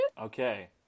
Okay